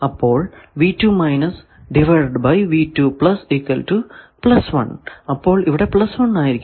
അപ്പോൾ അപ്പോൾ ഇവിടെ 1 ആയിരിക്കും